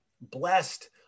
Blessed